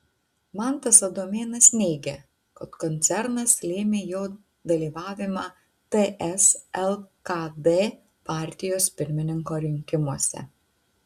mantas adomėnas neigia kad koncernas lėmė jo dalyvavimą ts lkd partijos pirmininko rinkimuose